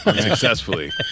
successfully